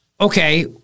okay